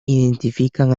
identifican